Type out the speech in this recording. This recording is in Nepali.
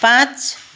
पाँच